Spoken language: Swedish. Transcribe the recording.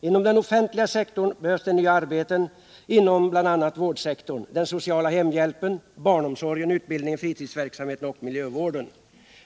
Inom den offentliga sektorn behövs nya arbeten inom bl.a. vårdsektorn, den sociala hemhjälpen, barnomsorgen, utbildningen, fritidsverksamheten och miljövården.